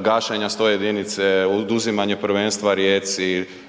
gašenje 101-nice, oduzimanje prvenstva Rijeci,